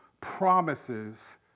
Promises